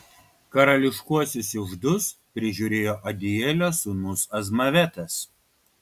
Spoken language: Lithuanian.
karališkuosius iždus prižiūrėjo adielio sūnus azmavetas